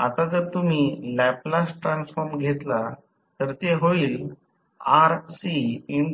आता जर तुम्ही लॅपलास ट्रान्सफॉर्म घेतला तर ते होईल आता